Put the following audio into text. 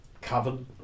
coven